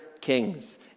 kings